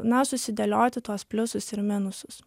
na susidėlioti tuos pliusus ir minusus